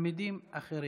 תלמידים אחרים,